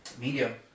Medium